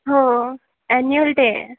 हो annual day आहे